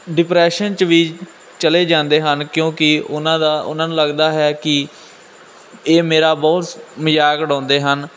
depression 'ਚ ਵੀ ਚਲੇ ਜਾਂਦੇ ਹਨ ਕਿਉਂਕਿ ਉਹਨਾਂ ਦਾ ਉਹਨਾਂ ਨੂੰ ਲੱਗਦਾ ਹੈ ਕਿ ਇਹ ਮੇਰਾ ਬਹੁਤ ਮਜ਼ਾਕ ਉਡਾਉਂਦੇ ਹਨ